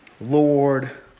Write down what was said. Lord